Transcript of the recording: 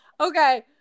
Okay